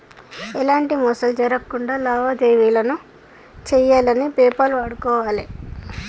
ఎలాంటి మోసాలు జరక్కుండా లావాదేవీలను చెయ్యాలంటే పేపాల్ వాడుకోవాలే